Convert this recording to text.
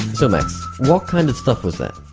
so max, what kind of stuff was that?